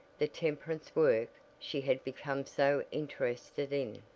the temperance work she had become so interested in.